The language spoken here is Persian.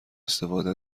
استفاده